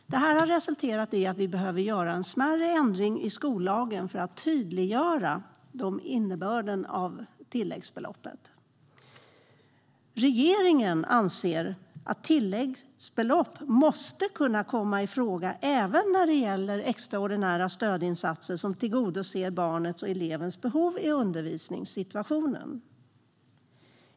Detta har resulterat i att vi behöver göra en smärre ändring i skollagen för att tydliggöra innebörden av rätten till tilläggsbelopp. Regeringen anser att tilläggsbelopp måste kunna komma i fråga även när det gäller extraordinära stödinsatser som tillgodoser barnets eller elevens behov i undervisningssituationen.